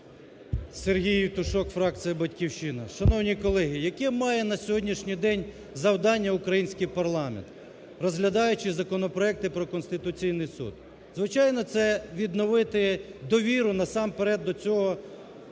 Сергій Євтушок, фракція "Батьківщина". Шановні колеги, яке має на сьогоднішній день завдання український парламент, розглядаючи законопроекти про Конституційний Суд? Звичайно, це відновити довіру насамперед до цього